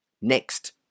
Next